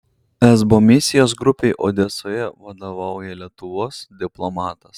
esbo misijos grupei odesoje vadovauja lietuvos diplomatas